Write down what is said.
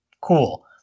Cool